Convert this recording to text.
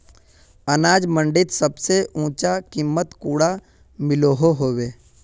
अनाज मंडीत सबसे ऊँचा कीमत कुंडा मिलोहो होबे?